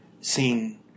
seen